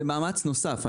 זה מאמץ נוסף.